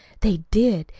they did.